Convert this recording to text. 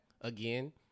again